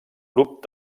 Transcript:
grup